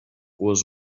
was